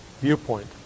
viewpoint